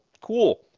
cool